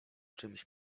czymś